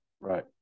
Right